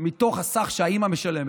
מתוך הסך שהאימא משלמת,